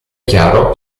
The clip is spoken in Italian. chiaro